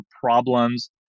problems